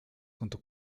junto